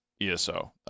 eso